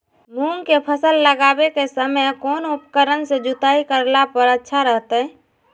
मूंग के फसल लगावे के समय कौन उपकरण से जुताई करला पर अच्छा रहतय?